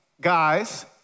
guys